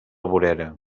vorera